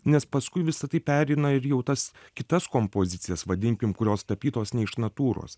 nes paskui visa tai pereina ir jau tas kitas kompozicijas vadinkim kurios tapytos ne iš natūros